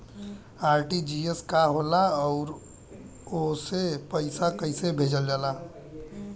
RTGS का होला आउरओ से पईसा कइसे भेजल जला?